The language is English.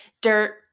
dirt